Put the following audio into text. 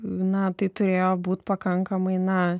na tai turėjo būt pakankamai na